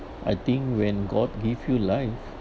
I think when god give you life